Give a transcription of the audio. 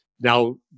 Now